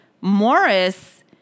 Morris